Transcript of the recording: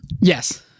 Yes